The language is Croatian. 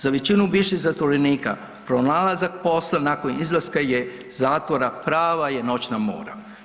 Za većinu bivših zatvorenika pronalazak posla nakon izlaska je, iz zatvora, prava je noćna mora.